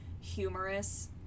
humorous